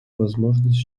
возможность